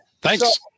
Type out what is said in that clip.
Thanks